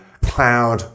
cloud